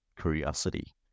curiosity